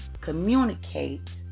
communicate